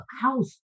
house